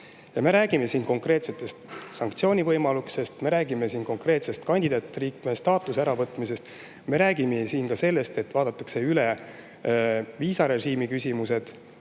Me räägime siin konkreetsetest sanktsioonivõimalustest, me räägime konkreetselt kandidaatliikme staatuse äravõtmisest, me räägime ka sellest, et vaadatakse üle viisarežiimi küsimused